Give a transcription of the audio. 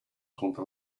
contra